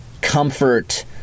comfort